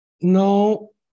No